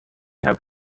have